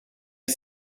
die